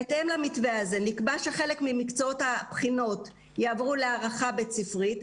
בהתאם למתווה הזה נקבע שחלק ממקצועות הבחינות יעברו להערכה בית-ספרית,